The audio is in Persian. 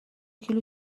کیلو